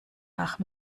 nach